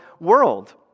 world